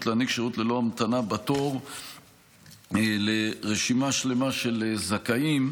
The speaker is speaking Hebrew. להעניק שירות ללא המתנה בתור לרשימה שלמה של זכאים,